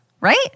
right